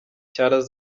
rwanda